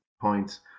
points